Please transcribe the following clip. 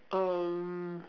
um